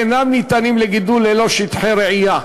אינן ניתנות לגידול ללא שטחי רעייה.